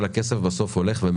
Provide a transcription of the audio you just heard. כל הכסף הזה בסוף מתדלק